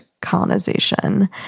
colonization